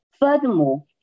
Furthermore